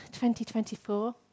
2024